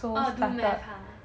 orh do math !huh!